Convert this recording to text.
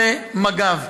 מג"ב.